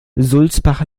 sulzbach